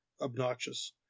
obnoxious